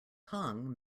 tongue